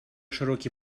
широкий